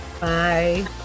Bye